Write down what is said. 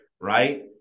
right